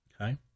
Okay